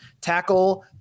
tackle